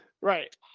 Right